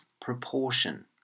proportion